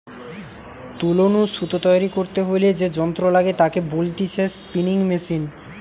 তুলো নু সুতো তৈরী করতে হইলে যে যন্ত্র লাগে তাকে বলতিছে স্পিনিং মেশিন